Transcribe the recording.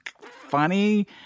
funny